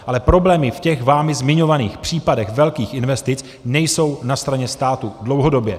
Ale problémy v těch vámi zmiňovaných případech velkých investic nejsou na straně státu dlouhodobě.